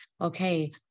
Okay